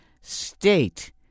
state